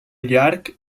llarg